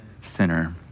sinner